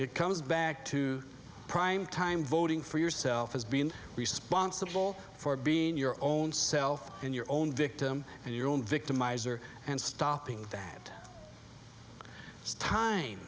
it comes back to primetime voting for yourself as being responsible for being your own self in your own victim and your own victimizer and stopping that time